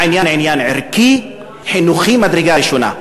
העניין הוא ערכי-חינוכי ממדרגה ראשונה.